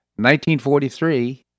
1943